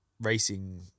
racing